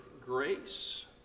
grace